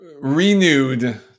renewed